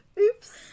Oops